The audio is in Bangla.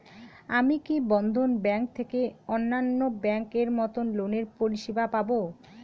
আমি কি বন্ধন ব্যাংক থেকে অন্যান্য ব্যাংক এর মতন লোনের পরিসেবা পাব?